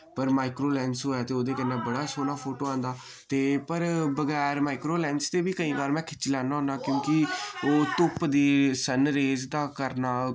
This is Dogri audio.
पर माइक्रो लैंस होऐ ते उ'दे कन्नै बड़ा सोह्ना फोटो आंदा ते पर बगैर माइक्रो लैंस दे बी केईं बार मैं खिच्ची लैन्ना होन्ना क्यूंकि ओह् धुप्प दी सन रेज दा करना